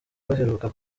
baheruka